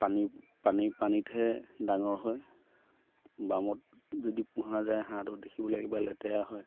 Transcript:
পানী পানী পানীতহে ডাঙৰ হয় বামত যদি পোহা যায় হাঁহটো দেখিবলৈ একেবাৰে লেতেৰা হয়